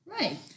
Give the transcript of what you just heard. Right